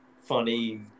funny